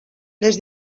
les